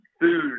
food